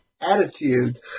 attitude